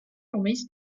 რომელიც